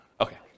Okay